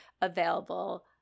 available